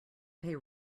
pay